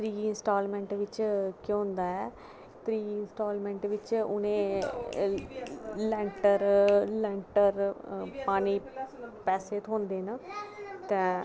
त्रियै इंस्टालमेंट च केह् होंदा ऐ त्रियै इंस्टालमेंट च उनें ई लैंटर पाने गी पैसे थ्होंदे न ते